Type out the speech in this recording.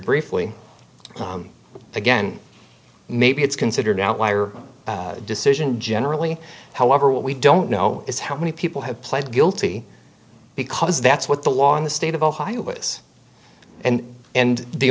briefly again maybe it's considered outlier decision generally however what we don't know is how many people have pled guilty because that's what the law in the state of ohio is and and the